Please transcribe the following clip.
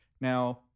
Now